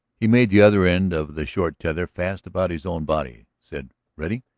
he made the other end of the short tether fast about his own body, said ready?